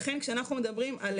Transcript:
לכן כשאנחנו מד ברים על